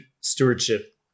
stewardship